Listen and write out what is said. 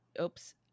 oops